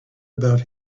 about